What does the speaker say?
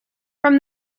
from